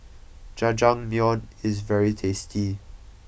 Jajangmyeon is very tasty